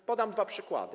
No, podam dwa przykłady.